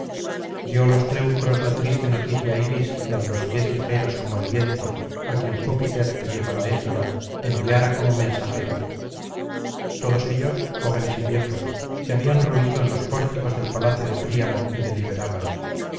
dio á los teucros la triste noticia iris la de jlos pies ligeros como el viento á quien júpiter que lleva la égida enviara como mensajera todos ellos jóvenes y viejos se habían reunido'en los pórticos del palacio de príamo y deliberaban